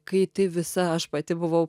kai tai visa aš pati buvau